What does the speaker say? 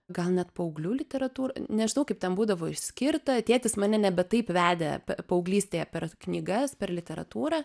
gal net paauglių literatūra nežinau kaip ten būdavo išskirta tėtis mane nebe taip vedė paauglystėje per knygas per literatūrą